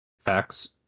Facts